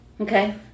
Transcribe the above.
Okay